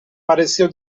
pareceu